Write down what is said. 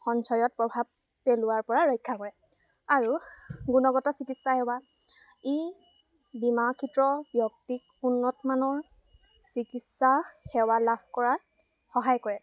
সঞ্চয়ত প্ৰভাৱ পেলোৱাৰপৰা ৰক্ষা কৰে আৰু গুণগত চিকিৎসা সেৱা ই বীমা ক্ষেত্ৰ ব্যক্তিক উন্নতমানৰ চিকিৎসা সেৱা লাভ কৰাত সহায় কৰে